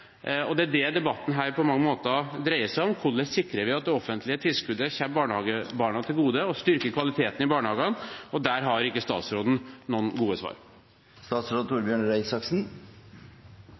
og det er det debatten her på mange måter dreier seg om: Hvordan sikrer vi at det offentlige tilskuddet kommer barnehagebarna til gode og styrker kvaliteten i barnehagene, og der har ikke statsråden noen gode